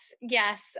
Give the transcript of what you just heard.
Yes